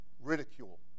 ridicule